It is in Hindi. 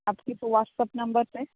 आपके तो व्हाट्सअप नंबर पर